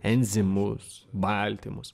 enzimus baltymus